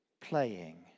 playing